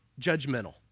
judgmental